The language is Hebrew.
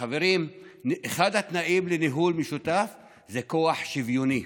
חברים, אחד התנאים לניהול משותף זה כוח שוויוני,